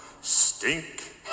stink